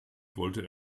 wollte